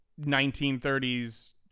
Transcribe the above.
1930s